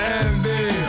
envy